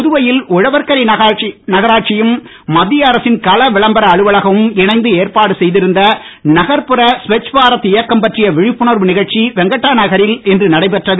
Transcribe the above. புதுவையில் உழவர்கரை நகராட்சியும் மத்திய அரசின் கள விளம்பர அலுவலகமும் இணைந்து ஏற்பாடு செய்திருந்த நகர்புற ஸ்வச் பாரத் இயக்கம் பற்றிய விழிப்புணர்வு நிகழ்ச்சி வெங்கட்டா நகரில் இன்று நடைபெற்றது